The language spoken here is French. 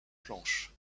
planches